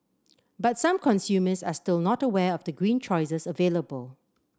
but some consumers are still not aware of the green choices available